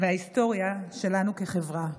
וההיסטוריה שלנו כחברה.